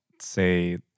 say